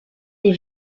des